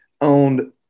owned